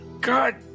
God